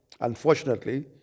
unfortunately